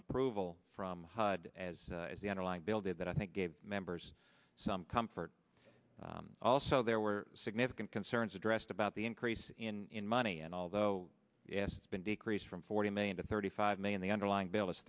approval from hud as the underlying bill did that i think gave members some comfort also there were significant concerns addressed about the increase in money and although yes it's been decrease from forty million to thirty five million the underlying bill is